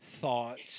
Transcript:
thoughts